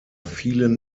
vielen